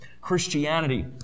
Christianity